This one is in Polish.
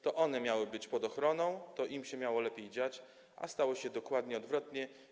To one miały być pod ochroną, to im się miało lepiej dziać, a stało się dokładnie odwrotnie.